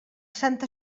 santa